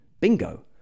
bingo